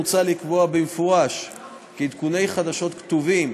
מוצע לקבוע במפורש כי עדכוני חדשות כתובים,